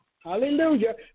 hallelujah